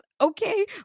Okay